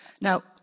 Now